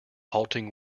halting